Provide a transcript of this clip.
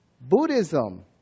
Buddhism